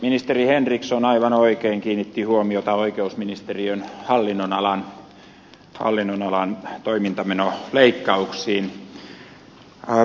ministeri henriksson aivan oikein kiinnitti huomiota oikeusministeriön hallinnonalan toimintamenoleikkauksiin